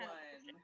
one